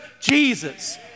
Jesus